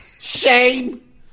Shame